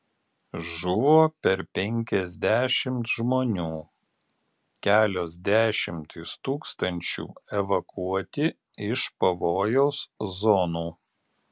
žuvo per penkiasdešimt žmonių kelios dešimtys tūkstančių evakuoti iš pavojaus zonų